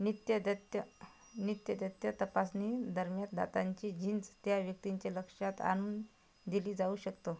नित्य दत्य नित्य दत्य तपासणी दरम्यान दातांची झीज त्या व्यक्तींच्या लक्षात आणून दिली जाऊ शकतो